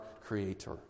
Creator